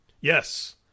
Yes